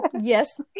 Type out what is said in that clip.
Yes